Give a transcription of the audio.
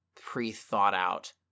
pre-thought-out